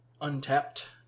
Untapped